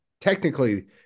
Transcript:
technically